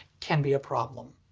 can be a problem.